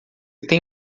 tem